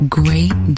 great